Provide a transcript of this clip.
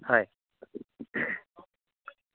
হয়